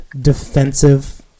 defensive